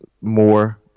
more